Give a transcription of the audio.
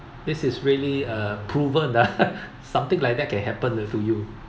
this is really a proven ah something like that can happen to you